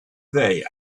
there